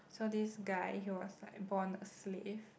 so this guy he was like born a slave